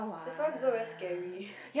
Sephora people very scary